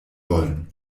wollen